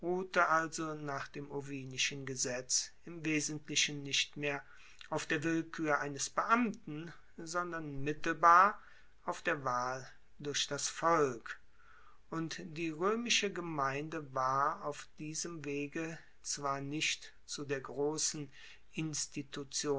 also nach dem ovinischen gesetz im wesentlichen nicht mehr auf der willkuer eines beamten sondern mittelbar auf der wahl durch das volk und die roemische gemeinde war auf diesem wege zwar nicht zu der grossen institution